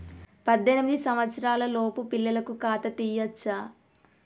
పద్దెనిమిది సంవత్సరాలలోపు పిల్లలకు ఖాతా తీయచ్చా?